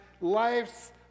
life's